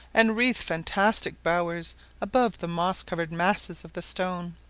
and wreathe fantastic bowers above the moss-covered masses of the stone.